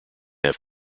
have